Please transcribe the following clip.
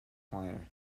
choir